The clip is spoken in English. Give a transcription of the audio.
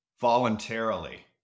voluntarily